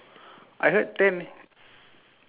no no no no no